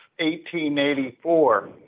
1884